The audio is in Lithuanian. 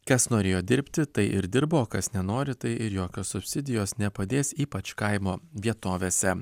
kas norėjo dirbti tai ir dirba o kas nenori tai ir jokios subsidijos nepadės ypač kaimo vietovėse